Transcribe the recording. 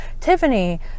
Tiffany